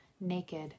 naked